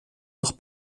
noch